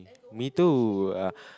me too ah